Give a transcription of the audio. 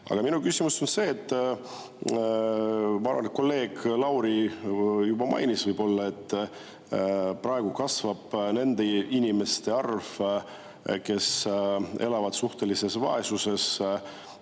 Minu küsimus on selline. Ma arvan, et kolleeg Lauri juba võib-olla mainis, et praegu kasvab nende inimeste arv, kes elavad suhtelises vaesuses